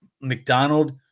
McDonald